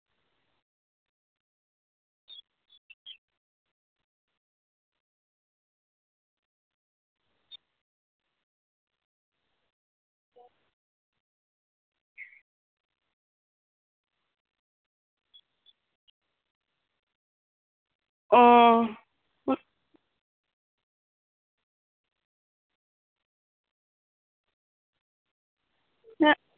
ᱚ